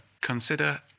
consider